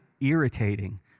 irritating